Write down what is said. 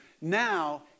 now